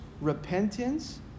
repentance